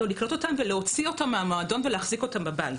לקנות את הכלים האלה ולהוציא אותם מהמועדון ולהחזיק אותם בבית.